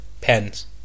Pens